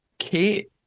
Kate